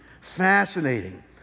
Fascinating